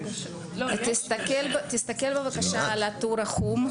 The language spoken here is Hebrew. תסתכל בבקשה על הטור החום.